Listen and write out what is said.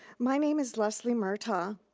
my name is leslie murtaugh.